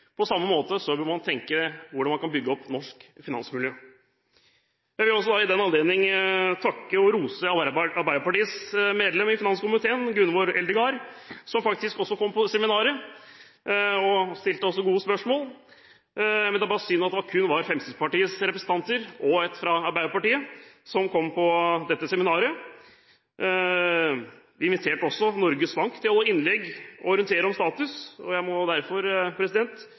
På samme måte bør man tenke hvordan man kan bygge opp et norsk finansmiljø. Jeg vil i den anledning takk og rose Arbeiderpartiets medlem i finanskomiteen, Gunvor Eldegard, som også faktisk kom på seminaret og stilte gode spørsmål – bare synd at det kun var Fremskrittspartiets representanter og én fra Arbeiderpartiet som kom på dette seminaret. Vi inviterte også Norges Bank til å holde innlegg og orientere om status. Jeg må derfor